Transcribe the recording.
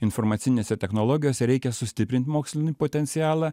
informacinėse technologijose reikia sustiprint mokslinį potencialą